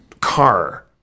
car